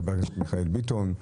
חבר הכנסת מיכאל ביטון.